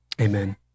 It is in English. Amen